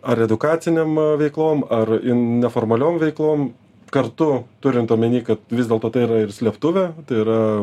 ar edukacinėm veiklom ar i neformaliom veiklom kartu turint omeny kad vis dėlto tai yra ir slėptuvė tai yra